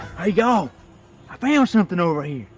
ah yeah um i found something over here.